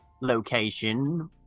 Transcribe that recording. location